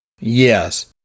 Yes